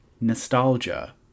Nostalgia